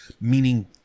Meaning